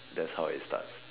that's how it start